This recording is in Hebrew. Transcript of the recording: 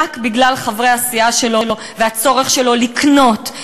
רק בגלל חברי הסיעה שלו והצורך שלו לקנות,